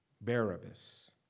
Barabbas